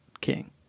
king